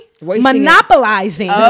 Monopolizing